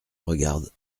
regarde